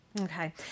Okay